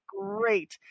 great